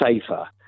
safer